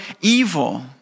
evil